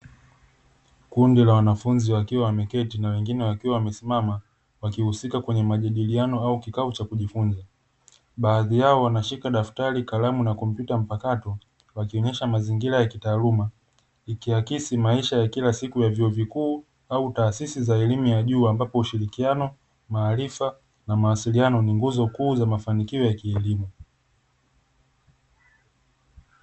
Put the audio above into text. Kundi la wanafuzi wakiwa wameketi na wengine wakiwa wamesimama, wakihusika kwenye majadiliano au kikao cha kujifunza. Baadhi yao wanashika daftari, kalamu na kompyuta mpakato, wakionyesha mazingira ya kitaaluma. Ikiakisia maisha ya kila siku ya vyuo vikuu, au taasisi za elimu za juu, ambapo ushirikiano, maarifa na mawasiliano ni nguzo kuu za mafanikio ya kielimu.